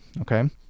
Okay